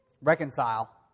reconcile